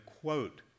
quote